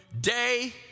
day